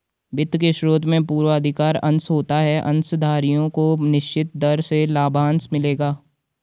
वित्त के स्रोत में पूर्वाधिकार अंश होता है अंशधारियों को निश्चित दर से लाभांश मिलेगा